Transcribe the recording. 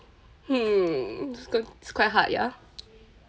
hmm it's quite hard ya